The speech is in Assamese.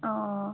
অঁ